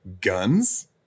guns